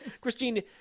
Christine